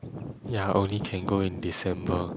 ya only can go in december